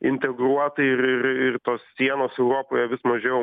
integruotai ir ir ir tos sienos europoje vis mažiau